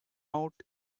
out